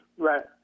Right